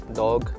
dog